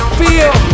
feel